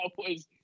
Cowboys –